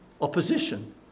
opposition